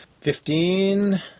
Fifteen